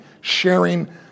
sharing